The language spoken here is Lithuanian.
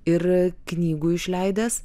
ir knygų išleidęs